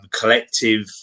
collective